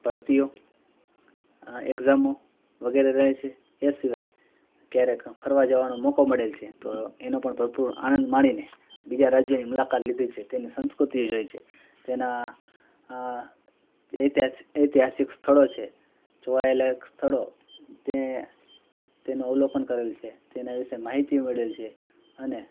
ભરતીઓ આ એગ્ઝામો વગેરે રહે છે એ સિવાય ક્યારેક ફરવા જવાનો મોકો મળેલો છે તો એનો પણ ભરપૂર આનંદ માણીને બીજા રાજ્યોની મુલાકાત લીધી છે તેની સંસ્કૃતિ જોઈ છે તેના આ ઐતિહા ઐતિહાસિક સ્થળો છે જોવાલાયક સ્થળો તે તેનું અવલોકન કરેલું છે તેનાં વિશે માહિતી મેળવેલી છે અને